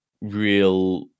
real